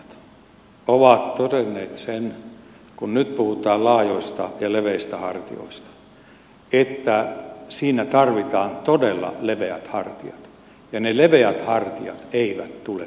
lukuisat terveydenhoitoalan asiantuntijat ovat todenneet sen kun nyt puhutaan laajoista ja leveistä hartioista että siinä tarvitaan todella leveät hartiat ja ne leveät hartiat eivät tule kuntaliitoksilla